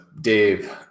Dave